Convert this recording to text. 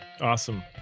Awesome